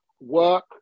work